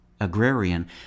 Agrarian